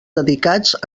dedicats